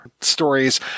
stories